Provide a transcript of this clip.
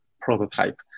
prototype